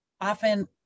often